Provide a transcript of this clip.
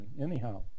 Anyhow